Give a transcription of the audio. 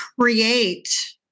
create